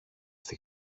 στη